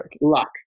Luck